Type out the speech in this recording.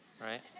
right